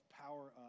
power